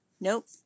Nope